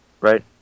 right